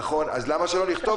אז למה שלא נכתוב כך?